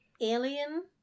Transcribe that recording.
alien